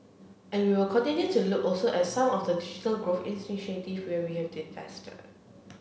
and we would continue to look also at some of the growth initiative where we have invested